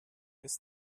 ist